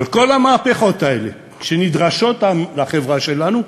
אבל כל המהפכות האלה שנדרשות לחברה שלנו,